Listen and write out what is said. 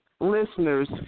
listeners